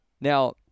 Now